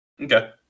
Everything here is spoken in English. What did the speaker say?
Okay